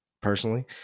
personally